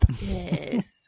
Yes